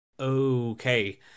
okay